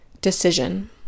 decision